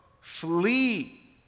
flee